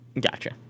Gotcha